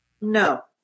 No